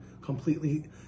completely